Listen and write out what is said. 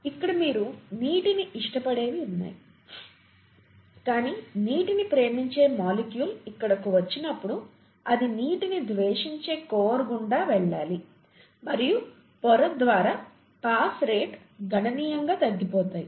ఇక్కడ మీరు నీటిని ఇష్టపడేవి ఉన్నాయి కానీ నీటిని ప్రేమించే మొలిక్యూల్ ఇక్కడకు వచ్చినప్పుడు అది నీటిని ద్వేషించే కోర్ గుండా వెళ్లాలి మరియు పొర ద్వారా పాస్ రేట్లు గణనీయంగా తగ్గిపోతాయి